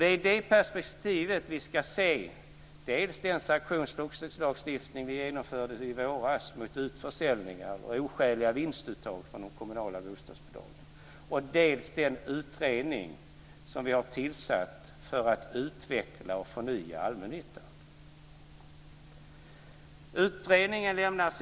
Det är i detta perspektiv man ska se dels den sanktionslagstiftning som infördes i våras mot utförsäljningar och oskäliga vinstuttag för de kommunala bostadsbolagen, dels den utredning som vi har tillsatt för att utveckla och förnya allmännyttan.